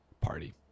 party